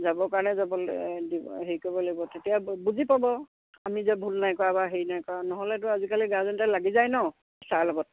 যাবৰ কাৰণে যাবলৈ দিব হেৰি কৰিব লাগিব তেতিয়া বুজি পাব আমি যে ভুল নাই কৰা বা হেৰি নাই কৰা নহ'লেতো আজিকালি গাৰ্জন্টে লাগি যায় নহ্ টিছাৰৰ লগত